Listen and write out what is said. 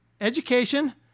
education